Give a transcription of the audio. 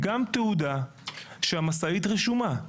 תעודה שהמשאית רשומה.